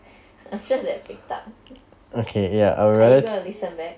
I'm sure that picked up are you going to listen back